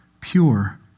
pure